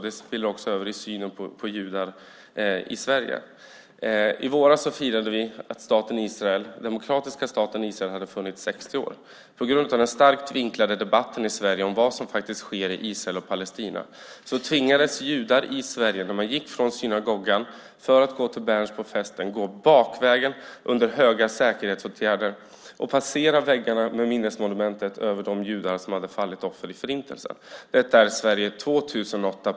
Det spiller också över i synen på judar i Sverige. I våras firade vi att den demokratiska staten Israel hade funnits i 60 år. På grund av den starkt vinklade debatten i Sverige om vad som sker i Israel och Palestina tvingades judar, när de gick från synagogan till festen på Berns, gå bakvägen under stränga säkerhetsåtgärder och passera väggarna med minnesmonumentet över de judar som fallit offer för Förintelsen - detta i Sverige 2008.